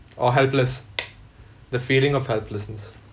or helpless the feeling of helplessness